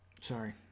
Sorry